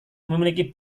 memiliki